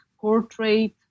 portrait